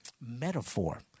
metaphor